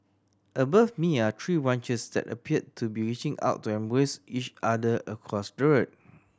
above me are tree branches that appear to be reaching out to embrace each other across the road